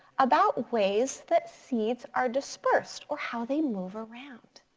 about ways that seeds are dispersed or how they move around.